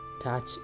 touch